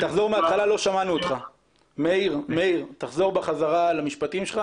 למעשה מי שקובע את התוואים האלה בסופו של דבר זה משרד התחבורה,